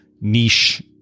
niche